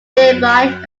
nearby